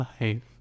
life